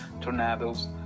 tornadoes